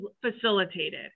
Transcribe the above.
facilitated